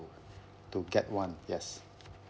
to get one yes